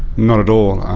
not at all.